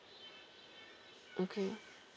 okay